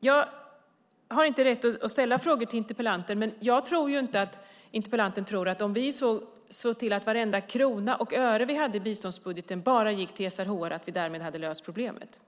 Jag har inte rätt att ställa frågor till interpellanten, men jag tror ju inte att interpellanten tror att om vi såg till att varenda krona och öre vi hade i biståndsbudgeten bara gick till SRHR hade vi därmed löst problemet.